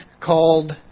called